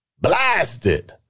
blasted